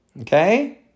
Okay